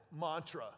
mantra